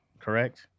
Correct